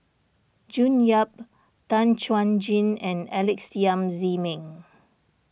June Yap Tan Chuan Jin and Alex Yam Ziming